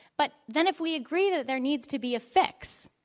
but then if we agree that there needs to be a fix,